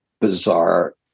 bizarre